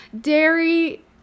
Dairy